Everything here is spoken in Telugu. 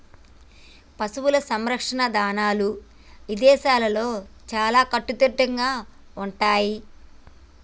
పశువుల సంరక్షణ ఇదానాలు ఇదేశాల్లో చాలా కట్టుదిట్టంగా ఉంటయ్యి